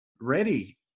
ready